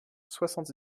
soixante